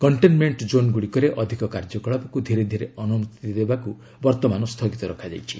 containment କୋନ୍ଗୁଡ଼ିକରେ ଅଧିକ କାର୍ଯ୍ୟକଳାପକୁ ଧୀରେ ଧୀରେ ଅନୁମତି ଦେବାକୁ ବର୍ତ୍ତମାନ ସ୍ଥଗିତ ରଖାଯାଇଛି